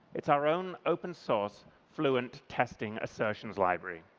it's our own open source, fluent testing assertions library.